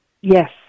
Yes